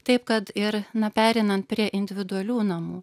taip kad ir na pereinant prie individualių namų